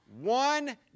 one